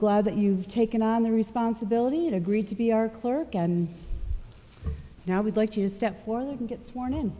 glad that you've taken on the responsibility agreed to be our clerk and now we'd like to step forward and get sworn in